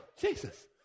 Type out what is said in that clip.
Jesus